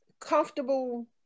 comfortable